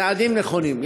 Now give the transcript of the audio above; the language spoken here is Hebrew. צעדים נכונים.